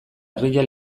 herria